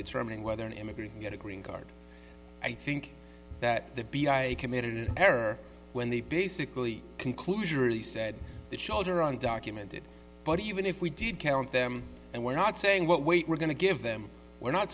determining whether an immigrant get a green card i think that the b i committed an error when they basically conclusion really said that shelter on documented but even if we did count them and we're not saying what we were going to give them we're not